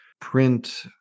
print